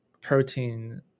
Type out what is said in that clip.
protein